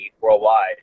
worldwide